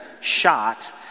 shot